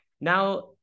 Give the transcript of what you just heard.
Now